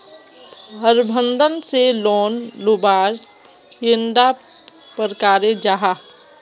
प्रबंधन से लोन लुबार कैडा प्रकारेर जाहा?